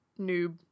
noob